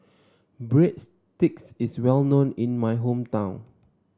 breadsticks is well known in my hometown